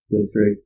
district